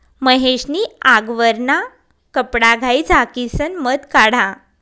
महेश नी आगवरना कपडाघाई झाकिसन मध काढा